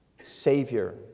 Savior